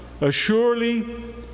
assuredly